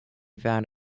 found